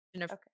Okay